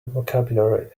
vocabulary